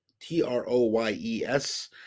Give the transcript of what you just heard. t-r-o-y-e-s